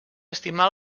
estimar